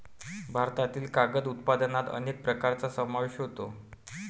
भारतातील कागद उत्पादनात अनेक प्रकारांचा समावेश होतो